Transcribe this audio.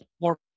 more